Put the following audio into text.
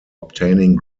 obtaining